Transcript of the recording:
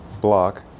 block